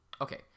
Okay